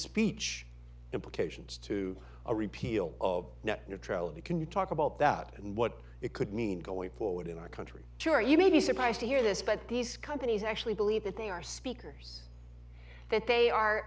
speech implications to a repeal of net neutrality can you talk about that and what it could mean going forward in our country sure you may be surprised to hear this but these companies actually believe that they are speakers that they are